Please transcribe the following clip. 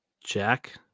Jack